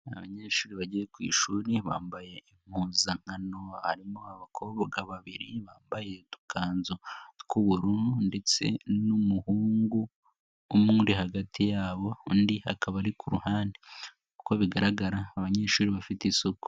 Abanyeshuri bagiye ku ishuri bambaye impuzankano harimo abakobwa babiri bambaye utukanzu tw'ubururu ndetse n'umuhungu umwe uri hagati yabo undi akaba ari ku ruhande, uko bigaragara abanyeshuri bafite isuku.